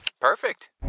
Perfect